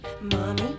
mommy